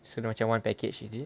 sudah macam one package already